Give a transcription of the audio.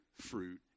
fruit